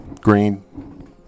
green